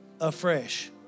afresh